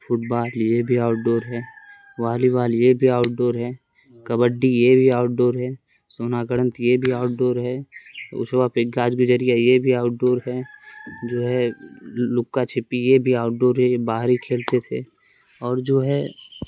fit بال یہ بھی outdoor ہے والی بال یہ بھی آؤٹ ڈور ہے کبڈی یہ بھی آؤٹ ڈور ہے سونا گڑھنت یہ بھی آؤٹ ڈور ہے اس وقت پہ گاج گجریا یہ بھی آؤٹ ڈور ہے جو ہے لکا چھپی یہ بھی آؤٹ ڈور ہے یہ باہر ہی کھیلتے تھے اور جو ہے